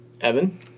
Evan